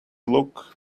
look